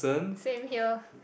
same here